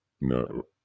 no